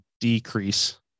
decrease